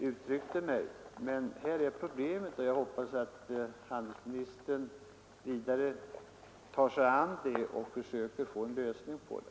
Här är emellertid problemet, och jag hoppas att handelsministern tar sig an det och försöker få en lösning till stånd.